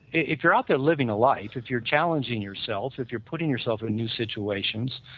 if you're out there living a life, if you're challenging yourself, if you're putting yourself in new situations,